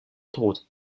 tod